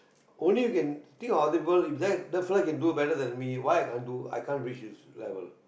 only you can think of other people if that that fellow can do better than me why I can't do I can't reach his level